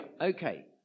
Okay